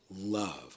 love